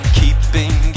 keeping